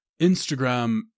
Instagram